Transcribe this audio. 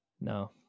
No